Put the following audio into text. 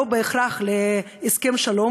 לא בהכרח להסכם שלום.